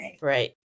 Right